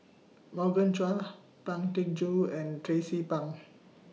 Morgan Chua Pang Teck Joon and Tracie Pang